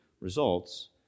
results